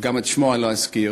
גם את שמו לא אזכיר,